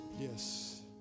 Yes